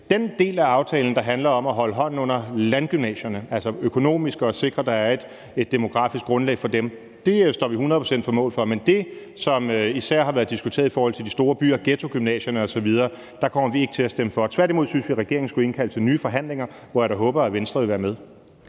Den del af aftalen, der handler om at holde hånden under landgymnasierne, altså økonomisk at sikre, at der er et demografisk grundlag for dem, står vi hundrede procent på mål for. Men det, som især har været diskuteret i forhold til de store byer, altså ghettogymnasierne osv., kommer vi ikke til at stemme for. Tværtimod synes vi, at regeringen skulle indkalde til nye forhandlinger, hvor jeg da håber, at Venstre vil være med.